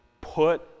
put